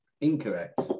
Incorrect